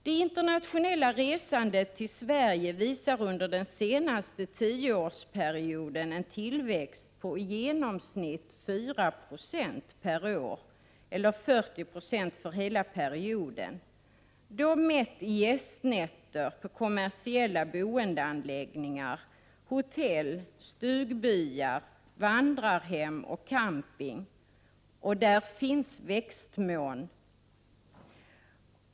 Det internationella resandet till Sverige visar under den senaste tioårsperioden en tillväxt på i genomsnitt ca 4 I per år, eller 40 9 för hela perioden, mätt i gästnätter på kommersiella boendeanläggningar — hotell, stugbyar, vandrarhem och camping. Och där finns växtmån.